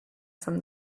from